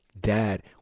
dad